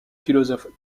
philosophes